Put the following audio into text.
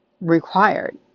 required